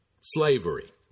slavery